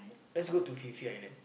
let's go to Phi-Phi-Island